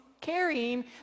carrying